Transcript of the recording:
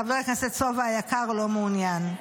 חבר הכנסת סובה היקר, לא מעוניין,